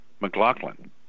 McLaughlin